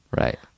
right